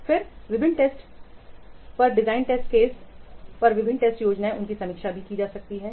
फिर विभिन्न टेस्ट योजनाओं पर डिजाइन टेस्ट केस पर विभिन्न टेस्ट योजनाएं उनकी समीक्षा की जा सकती है